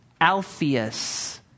Alpheus